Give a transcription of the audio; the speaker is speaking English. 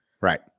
Right